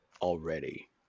already